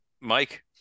Mike